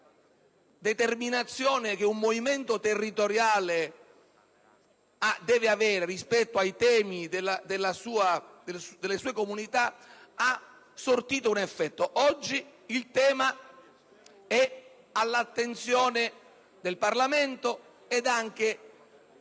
determinazione che un movimento territoriale deve avere rispetto ai temi delle sue comunità, ha sortito un effetto: oggi il tema è all'attenzione del Parlamento ed anche,